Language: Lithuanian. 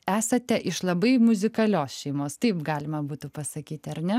esate iš labai muzikalios šeimos taip galima būtų pasakyti ar ne